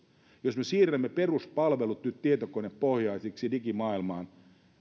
jos me siirrämme peruspalvelut nyt tietokonepohjaisiksi digimaailmaan